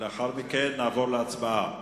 לאחר מכן נעבור להצבעה.